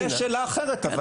זו שאלה אחרת.